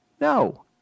No